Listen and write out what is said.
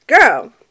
girl